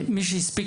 קודם,